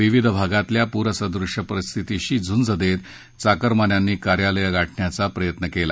विविध भागातल्या पूरसदृश्य परिस्थितीशी झुंज देत चाकरमान्यांनी कार्यालयं गाठण्याचा प्रयत्न केला